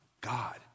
God